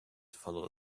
follow